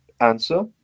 Answer